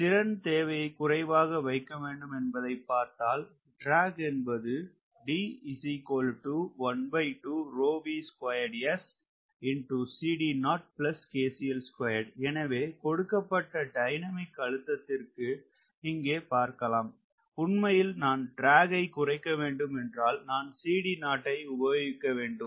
திறன் தேவையை குறைவாக வைக்க வேண்டும் என்பதை பார்த்தால் ட்ராக் என்பது எனவே கொடுக்கப்பட்ட டைனமிக் அழுத்தத்திற்கு இங்கே பார்க்கலாம் உண்மையில் நான் ட்ராக்ஐ குறைக்க வேண்டும் என்றால் நான் ஐ உபயோகிக்க வேண்டும்